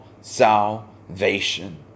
salvation